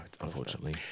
unfortunately